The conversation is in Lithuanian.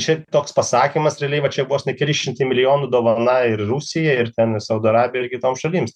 šiaip toks pasakymas realiai va čia vos ne keli šimtai milijonų dovana ir rusijai ir ten saudo arabijai ir kitoms šalims